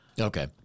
Okay